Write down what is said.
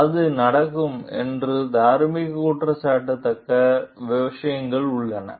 எனவே அது நடக்கும் என்று தார்மீக குற்றம் சாட்டத்தக்க விஷயங்கள் உள்ளன